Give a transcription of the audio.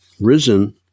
risen